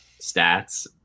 stats